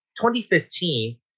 2015